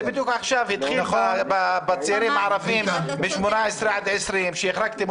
זה התחיל בצעירים הערבים מ-18 עד 20 שהחרגתם